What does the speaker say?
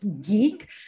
geek